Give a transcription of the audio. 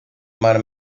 mar